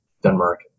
Denmark